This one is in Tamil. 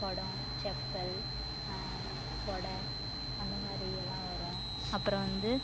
குடம் சப்பல் குட அந்த மாதிரியெல்லாம் வரும் அப்புறம் வந்து